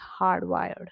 hardwired